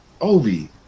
Obi